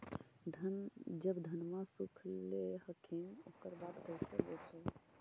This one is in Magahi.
जब धनमा सुख ले हखिन उकर बाद कैसे बेच हो?